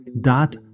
dot